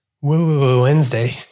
Wednesday